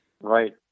Right